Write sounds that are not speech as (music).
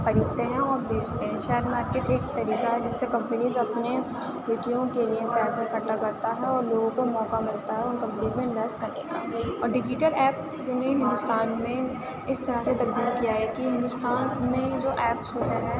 خریدتے ہیں اور بیچتے ہیں شیئر مارکیٹ ایک طریقہ ہے جس سے کمپنیز اپنے ویٹیوں کے لیے پیسہ اکٹھا کرتا ہے اور لوگوں کو موقع ملتا ہے ان کمپنی میں انویسٹ کرنے کا اور ڈیجیٹل ایپ (unintelligible) ہندوستان میں اس طرح سے ڈیولپ کیا ہے کہ ہندوستان میں جو ایپس ہوتے ہیں